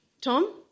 Tom